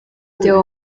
deo